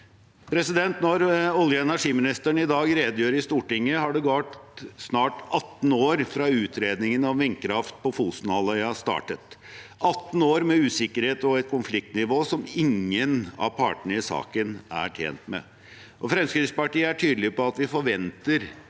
lønnsomhet. Når olje- og energiministeren i dag redegjør i Stortinget, har det gått snart 18 år fra utredningen om vindkraft på Fosenhalvøya startet – 18 år med usikkerhet og et konfliktnivå som ingen av partene i saken er tjent med. Fremskrittspartiet er tydelig på at vi forventer